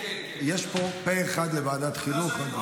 יש פה פה-אחד לוועדת החינוך.